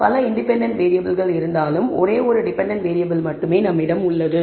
பல இண்டிபெண்டன்ட் வேறியபிள்கள் இருந்தாலும் ஒரே ஒரு டிபெண்டன்ட் வேறியபிள் மட்டுமே உள்ளது